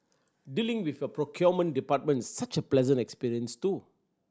dealing with your procurement department is such a pleasant experience too